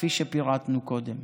כפי שפירטנו קודם,